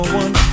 one